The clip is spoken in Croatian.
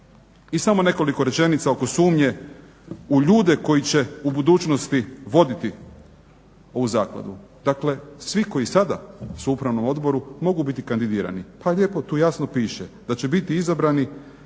I samo nekoliko rečenica oko sumnje u ljude koji će u budućnosti voditi ovu zakladu. Dakle, svi koji sada su u upravnom odboru mogu biti kandidirani. Pa lijepo tu jasno piše da će biti izabrani